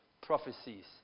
prophecies